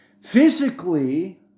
physically